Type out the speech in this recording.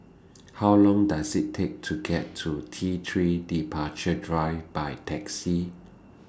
How Long Does IT Take to get to T three Departure Drive By Taxi